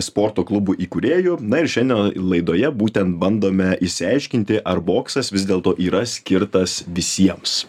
sporto klubų įkūrėjų na ir šiandien laidoje būtent bandome išsiaiškinti ar boksas vis dėlto yra skirtas visiems